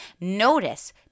notice